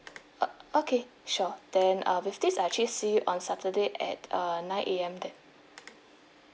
uh okay sure then ah with this I actually see you on saturday at uh nine A_M then